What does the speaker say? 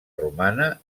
romana